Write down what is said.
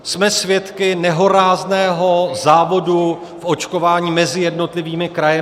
Jsme svědky nehorázného závodu v očkování mezi jednotlivými kraji.